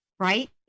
right